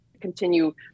continue